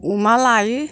अमा लायो